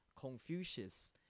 Confucius